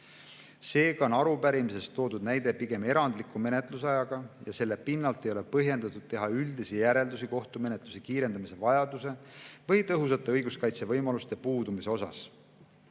Seega on arupärimises toodud näide pigem erandliku menetlusajaga ja selle pinnalt ei ole põhjendatud teha üldisi järeldusi kohtumenetluse kiirendamise vajaduse või tõhusate õiguskaitsevõimaluste puudumise kohta.